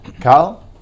Carl